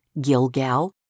Gilgal